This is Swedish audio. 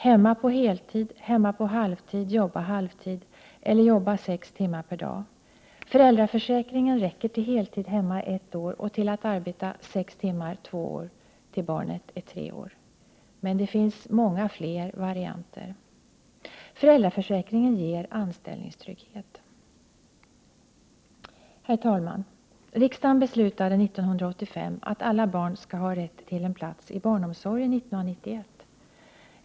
Hemma på heltid, hemma halvtid — jobba halvtid, eller jobba sex timmar per dag. Föräldraförsäkringen räcker till heltid hemma ett år och till att arbeta sex timmar per dag två år tills barnet är tre år. Men det finns många fler varianter. Föräldraförsäkringen ger anställningstrygghet. Herr talman! Riksdagen beslutade 1985 att alla barn skall ha rätt till en plats i barnomsorgen 1991.